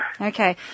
Okay